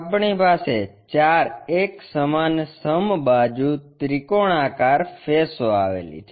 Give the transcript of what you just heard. આપણી પાસે ચાર એક સમાન સમબાજુ ત્રિકોણાકાર ફેસો આવેલી છે